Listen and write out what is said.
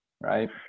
right